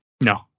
No